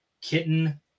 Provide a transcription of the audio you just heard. kitten